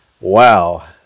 Wow